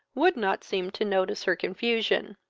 would not seem to notice her confusion.